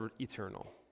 eternal